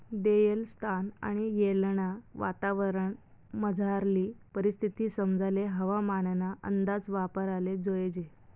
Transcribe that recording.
देयेल स्थान आणि येळना वातावरणमझारली परिस्थिती समजाले हवामानना अंदाज वापराले जोयजे